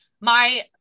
my-